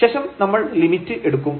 ശേഷം നമ്മൾ ലിമിറ്റ് എടുക്കും